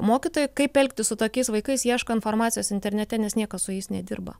mokytojai kaip elgtis su tokiais vaikais ieško informacijos internete nes niekas su jais nedirba